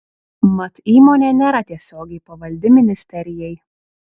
mat įmonė nėra tiesiogiai pavaldi ministerijai